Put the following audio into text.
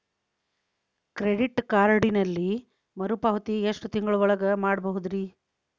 Credit ಕಾರ್ಡಿನಲ್ಲಿ ಮರುಪಾವತಿ ಎಷ್ಟು ತಿಂಗಳ ಒಳಗ ಮಾಡಬಹುದ್ರಿ?